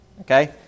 Okay